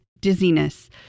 dizziness